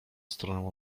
stronę